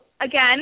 again